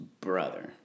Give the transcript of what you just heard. brother